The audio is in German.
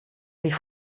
wie